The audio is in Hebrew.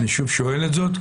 אני שוב שואל את זאת,